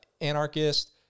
anarchist